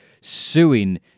suing